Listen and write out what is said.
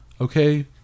Okay